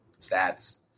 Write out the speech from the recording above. stats